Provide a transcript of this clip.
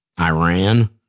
Iran